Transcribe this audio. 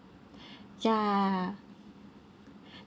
ya